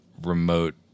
remote